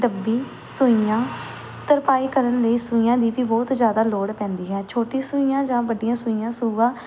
ਡੱਬੀ ਸੂਈਆਂ ਤਰਪਾਈ ਕਰਨ ਲਈ ਸੂਈਆਂ ਦੀ ਵੀ ਬਹੁਤ ਜ਼ਿਆਦਾ ਲੋੜ ਪੈਂਦੀ ਹੈ ਛੋਟੀ ਸੂਈਆਂ ਜਾਂ ਵੱਡੀਆਂ ਸੂਈਆਂ ਸੂਆ